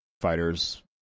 Fighters